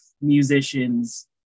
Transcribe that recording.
musicians